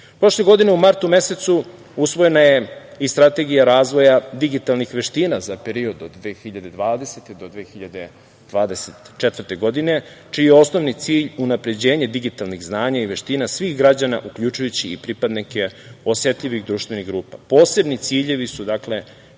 godine u martu mesecu usvojena je i Strategija razvoja digitalnih veština za period od 2020. do 2024. godine, čiji je osnovni cilj unapređenje digitalnih znanja i veština svih građana, uključujući i pripadnike osetljivih društvenih grupa. Posebni ciljevi su,